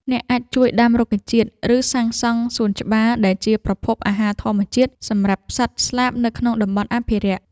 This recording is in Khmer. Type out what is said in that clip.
អ្នកអាចជួយដាំរុក្ខជាតិ ឬសាងសង់សួនច្បារដែលជាប្រភពអាហារធម្មជាតិសម្រាប់សត្វស្លាបនៅក្នុងតំបន់អភិរក្ស។